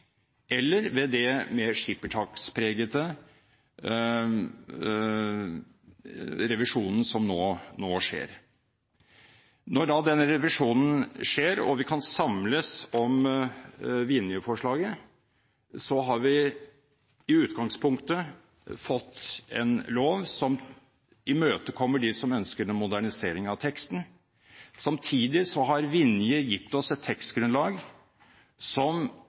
eller ved den mer skippertakspregede revisjonen som nå skjer. Når da denne revisjonen skjer og vi kan samles om Vinje-forslaget, har vi i utgangspunktet fått en lov som imøtekommer dem som ønsker en modernisering av teksten, samtidig som Vinje har gitt oss et tekstgrunnlag